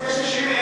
אז יש 60,000,